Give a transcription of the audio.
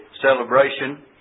celebration